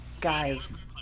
Guys